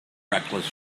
reckless